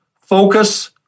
focus